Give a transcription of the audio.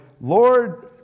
Lord